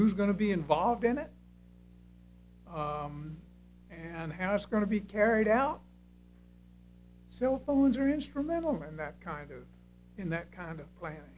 who's going to be involved in it and how it's going to be carried out cellphones are instrumental and that kind of in that kind of planning